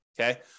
okay